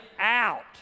out